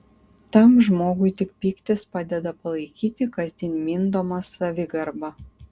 tam žmogui tik pyktis padeda palaikyti kasdien mindomą savigarbą